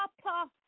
papa